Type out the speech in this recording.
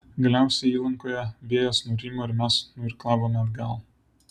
galiausiai įlankoje vėjas nurimo ir mes nuirklavome atgal